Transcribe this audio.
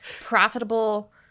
profitable